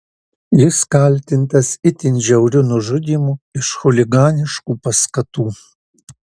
jis kaltintas itin žiauriu nužudymu iš chuliganiškų paskatų